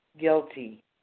guilty